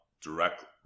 directly